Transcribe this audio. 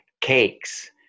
cakes